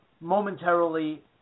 momentarily